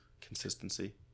consistency